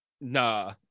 nah